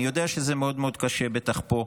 אני יודע שזה מאוד מאוד קשה, בטח פה,